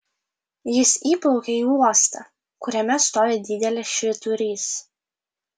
jis įplaukia į uostą kuriame stovi didelis švyturys